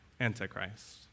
Antichrist